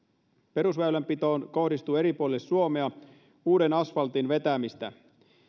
perusväylänpitoon kohdistuu eri puolille suomea uuden asfaltin vetämistä